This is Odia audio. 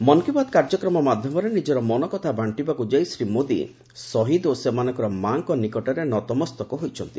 ମନ୍ କୀ ବାତ୍ କାର୍ଯ୍ୟକ୍ରମ ମାଧ୍ୟମରେ ନିଜର ମନ କଥା ବାଣ୍ଟିବାକୁ ଯାଇ ଶ୍ରୀ ମୋଦି ଶହୀଦ୍ ଓ ସେମାନଙ୍କର ମା'ଙ୍କ ନିକଟରେ ନତମସ୍ତକ ହୋଇଛନ୍ତି